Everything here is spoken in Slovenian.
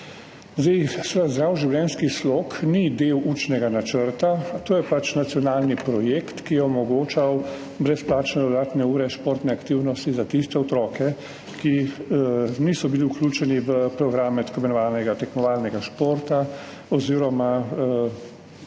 kar alarmantni. Zdrav življenjski slog ni del učnega načrta, to je pač nacionalni projekt, ki je omogočal brezplačne dodatne ure športne aktivnosti za tiste otroke, ki niso bili vključeni v programe tako imenovanega tekmovalnega športa oziroma niso